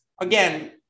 again